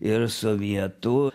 ir sovietų